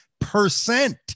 percent